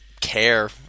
care